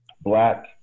black